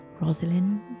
Rosalind